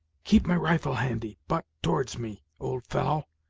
keep my rifle handy, butt towards me, old fellow,